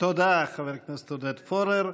תודה, חבר הכנסת עודד פורר.